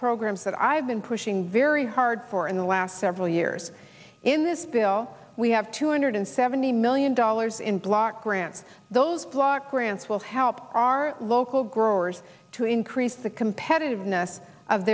programs that i've been pushing very hard for in the last several years in this bill we have two hundred seventy million dollars in block grants those block grants will help our local growers to increase the competitiveness of